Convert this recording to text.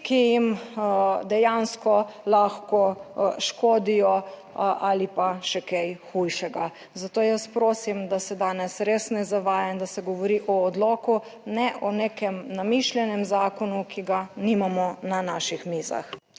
ki jim dejansko lahko škodijo ali pa še kaj hujšega. Zato jaz prosim, da se danes res ne zavaja in da se govori o odloku, ne o nekem namišljenem zakonu, ki ga nimamo na naših mizah.